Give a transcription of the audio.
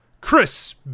Chris